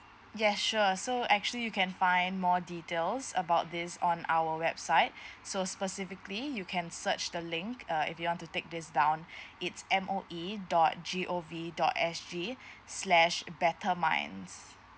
yes sure so actually you can find more details about this on our website so specifically you can search the link uh if you want to take this down it's M O E dot G O V dot S G slash better minds